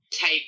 type